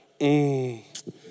mmm